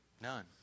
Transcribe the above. None